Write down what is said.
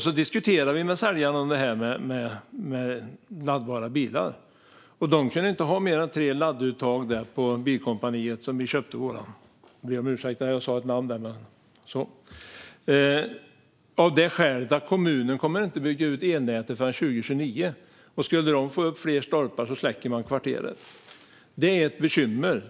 Vi diskuterade med säljaren om detta med laddbara bilar. De kunde inte ha mer än tre ladduttag på Bilkompaniet där vi köpte vår bil. Jag ber om ursäkt för att jag sa ett namn där. Skälet var att kommunen inte kommer att bygga ut elnätet förrän 2029. Skulle de få upp fler stolpar släcker de kvarteret. Detta är ett bekymmer.